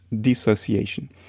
dissociation